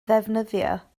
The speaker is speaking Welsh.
ddefnyddio